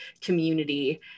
community